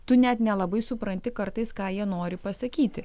tu net nelabai supranti kartais ką jie nori pasakyti